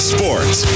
Sports